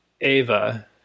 Ava